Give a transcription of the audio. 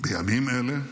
בימים אלה,